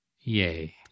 Yay